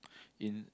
in